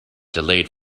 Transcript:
delayed